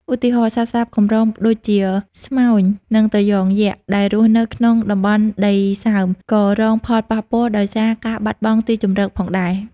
ឧទាហរណ៍ សត្វស្លាបកម្រដូចជា ស្មោញ និង ត្រយ៉ងយក្ស ដែលរស់នៅក្នុងតំបន់ដីសើម ក៏រងផលប៉ះពាល់ដោយសារការបាត់បង់ទីជម្រកផងដែរ។